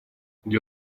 для